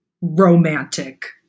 romantic